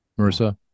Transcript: Marissa